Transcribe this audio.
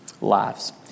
lives